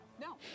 No